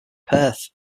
perth